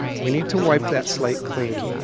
we need to wipe that slate clean.